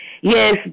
Yes